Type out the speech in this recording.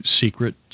secret